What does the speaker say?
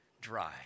dry